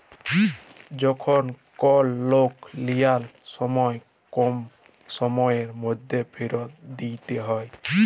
যখল কল লল লিয়ার সময় কম সময়ের ম্যধে ফিরত দিইতে হ্যয়